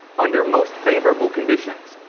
under most favorable conditions.